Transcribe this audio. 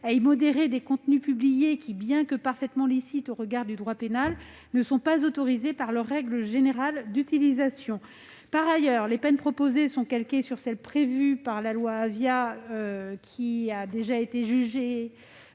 à y modérer des contenus publiés. Ces derniers, bien que parfaitement licites au regard du droit pénal, ne sont pas autorisés par leurs règles générales d'utilisation. En outre, les peines proposées sont calquées sur celles qui étaient prévues par la loi Avia, déjà jugée